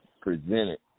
presented